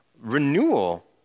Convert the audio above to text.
renewal